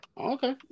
Okay